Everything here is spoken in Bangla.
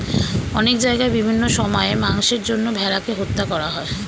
অনেক জায়গায় বিভিন্ন সময়ে মাংসের জন্য ভেড়াকে হত্যা করা হয়